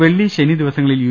വെള്ളി ശനി ദിവസങ്ങളിൽ യു